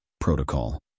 protocol